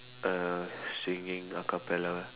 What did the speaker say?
a singing a-cappella